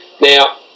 Now